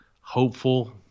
hopeful